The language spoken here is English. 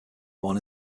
born